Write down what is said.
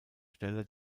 stelle